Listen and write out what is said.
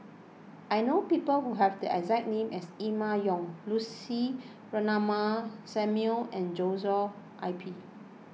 I know people who have the exact name as Emma Yong Lucy Ratnammah Samuel and Joshua I P